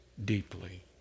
deeply